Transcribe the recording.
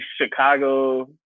chicago